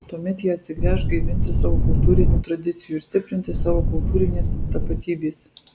tuomet jie atsigręš gaivinti savo kultūrinių tradicijų ir stiprinti savo kultūrinės tapatybės